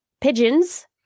pigeons